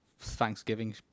Thanksgiving